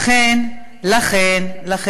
לכן, ומה עשו, מיליארד שקל?